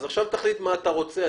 אז עכשיו תחליט מה אתה רוצה.